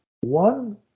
one